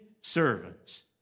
servants